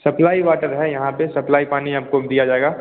supply water है यहाँ पर सप्लाई पानी आपको दिया जाएगा